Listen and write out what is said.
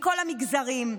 מכל המגזרים,